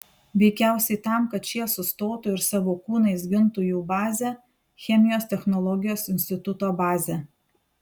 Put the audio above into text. veikiausiai tam kad šie sustotų ir savo kūnais gintų jų bazę chemijos technologijos instituto bazę